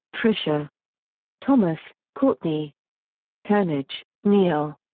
tricia thomas, courtney turnage, neal.